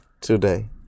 today